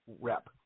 rep